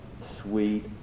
sweet